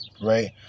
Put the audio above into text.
Right